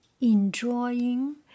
enjoying